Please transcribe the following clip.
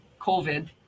COVID